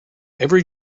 every